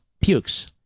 pukes